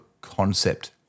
concept